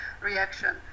reaction